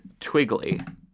twiggly